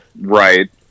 Right